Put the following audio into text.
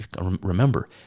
remember